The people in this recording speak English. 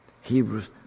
Hebrews